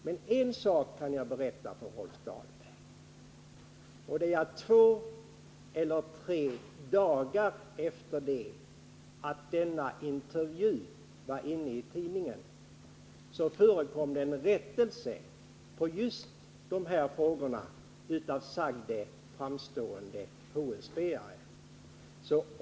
men en sak kan jag berätta för Rolf Dahlberg. Två eller tre dagar efter det att denna intervju var införd i tidningen förekom någon form av rättelse från sagde framträdande HSB:are beträffande just dessa frågor.